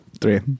Three